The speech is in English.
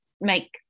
make